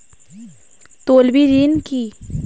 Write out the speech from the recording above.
তলবি ঋন কি?